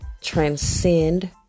transcend